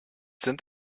sind